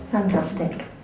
Fantastic